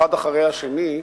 האחד אחרי השני,